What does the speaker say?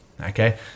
okay